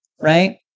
right